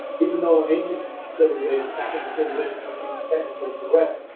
even though ancient civilization african civilization would be technically correct,